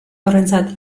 horrentzat